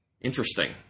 Interesting